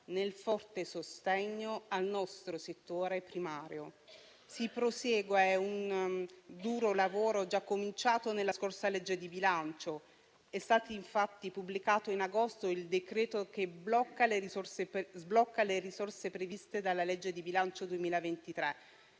nel forte sostegno al nostro settore primario. Si prosegue, è un duro lavoro già cominciato nella scorsa legge di bilancio. È stato infatti pubblicato in agosto il provvedimento che sblocca le risorse previste dalla legge di bilancio 2023